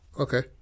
Okay